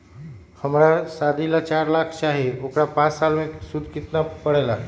हमरा शादी ला चार लाख चाहि उकर पाँच साल मे सूद कितना परेला?